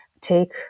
take